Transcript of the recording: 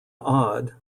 odd